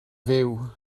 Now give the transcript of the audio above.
fyw